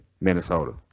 Minnesota